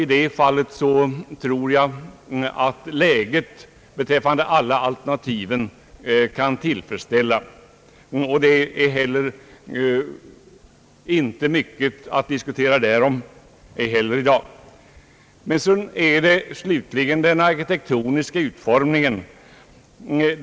I det fallet tror jag att läget är tillfredsställande när det gäller samtliga alternativ. Mycket är inte heller att säga härom i dag. Men slutligen gäller det husets arkitektoniska utformning.